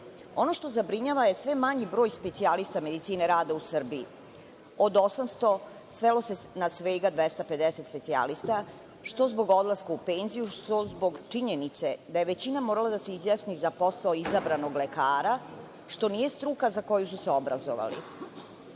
što zabrinjava je sve manji broj specijalista Medicine rada u Srbiji, od 800 svelo se na svega 250 specijalista, što zbog odlaska u penziju, što zbog činjenice da je većina morala da se izjasni za posao izabranog lekara, što nije struka za koju su se obrazovali. Problem